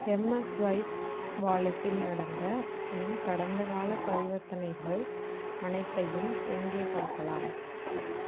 எம்எஸ்ஸ்வைப் வாலெட்டில் நடந்த என் கடந்தகாலப் பரிவர்த்தனைகள் அனைத்தையும் எங்கே பார்க்கலாம்